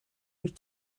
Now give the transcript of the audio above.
wyt